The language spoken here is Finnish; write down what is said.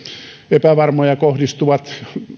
epävarmoja ja kohdistuvat